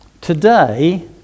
today